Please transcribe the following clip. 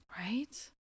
Right